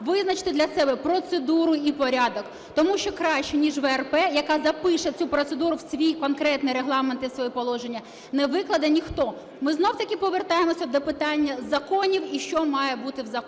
визначити для себе процедуру і порядок. Тому що краще, ніж ВРП, яка запише цю процедуру в свій конкретний регламент і в своє положення, не викладе ніхто. Ми знову-таки повертаємося до питання законів і що має бути в законі.